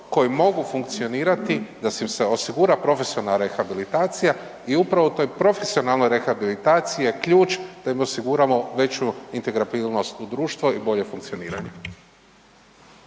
koji mogu funkcionirati da im se osigura profesionalne rehabilitacija i upravo u toj profesionalnoj rehabilitaciji je ključ da im osiguramo veću intregafilnost u društvo i bolje funkcioniranje.